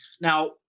Now